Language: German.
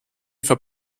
kann